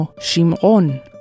Shimon